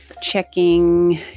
checking